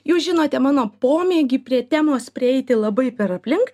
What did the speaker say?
jūs žinote mano pomėgį prie temos prieiti labai per aplink